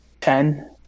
ten